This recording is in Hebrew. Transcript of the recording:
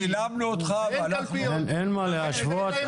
אין מה להשוות.